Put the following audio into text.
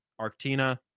Arctina